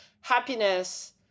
happiness